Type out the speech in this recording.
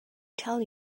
tell